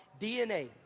DNA